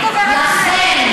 לכן,